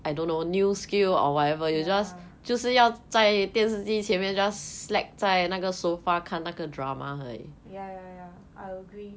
ya ya ya ya I agree